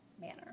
manner